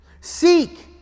seek